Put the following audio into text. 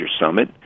summit